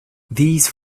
these